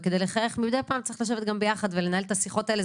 וכדי לחייך מדי פעם צריך לשבת גם ביחד ולנהל את השיחות האלה.